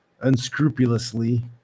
unscrupulously